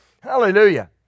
Hallelujah